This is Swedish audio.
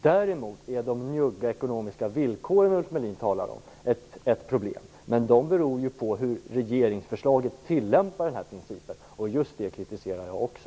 Däremot är de njugga ekonomiska villkor som Ulf Melin talar om ett problem, men de beror ju på hur principen tillämpas i regeringsförslaget, och just det kritiserar jag också.